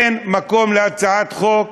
אין מקום להצעת חוק.